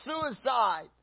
suicide